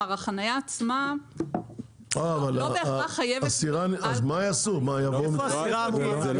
אז מה יעשו עם הסירה?